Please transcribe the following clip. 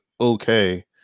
okay